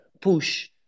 push